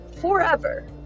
forever